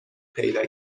پیدا